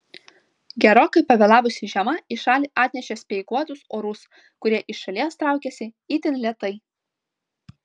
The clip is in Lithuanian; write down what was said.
gerokai pavėlavusi žiema į šalį atnešė speiguotus orus kurie iš šalies traukiasi itin lėtai